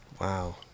Wow